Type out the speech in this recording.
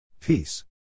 Peace